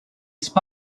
spy